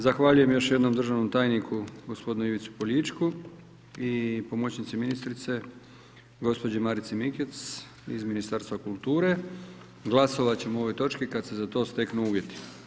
Zahvaljujem još jednom državnom tajniku gospodin Ivici Poljičku i pomoćnici ministrice, gospođi Marici Mikec iz Ministarstva kulture, glasovati ćemo o ovoj točki kada se za to steknu uvjeti.